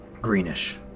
Greenish